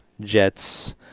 Jets